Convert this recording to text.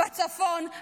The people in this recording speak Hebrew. בצפון,